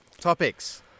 topics